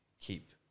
keep